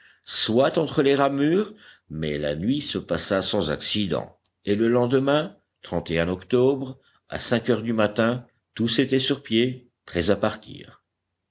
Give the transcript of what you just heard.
soit entre les ramures mais la nuit se passa sans accident et le lendemain octobre à cinq heures du matin tous étaient sur pied prêts à partir